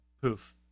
poof